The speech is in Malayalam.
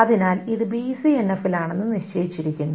അതിനാൽ ഇത് ബിസിഎൻഎഫിൽ ആണെന്ന് നിശ്ചയിച്ചിരിക്കുന്നു